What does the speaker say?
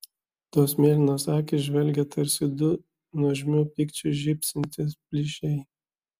tos mėlynos akys žvelgė tarsi du nuožmiu pykčiu žybsintys plyšiai